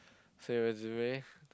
sendresume